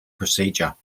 procedure